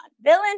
villain